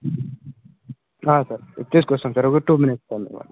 sir తీసుకొస్తాం sir ఒక two minutes sir